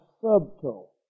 subtle